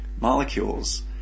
molecules